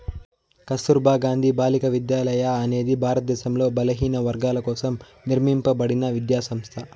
కస్తుర్బా గాంధీ బాలికా విద్యాలయ అనేది భారతదేశంలో బలహీనవర్గాల కోసం నిర్మింపబడిన విద్యా సంస్థ